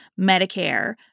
Medicare